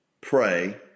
pray